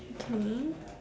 okay